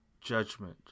judgment